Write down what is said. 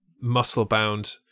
muscle-bound